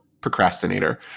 procrastinator